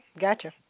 gotcha